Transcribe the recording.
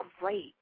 great